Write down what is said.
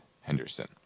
Henderson